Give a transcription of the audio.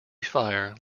fires